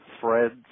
threads